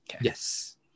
Yes